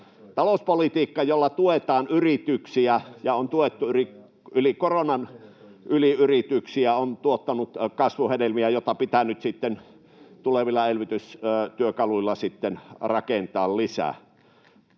Talouspolitiikka, jolla tuetaan yrityksiä ja on tuettu koronan yli yrityksiä, on tuottanut kasvun hedelmiä, joita pitää nyt sitten tulevilla elvytystyökaluilla rakentaa lisää.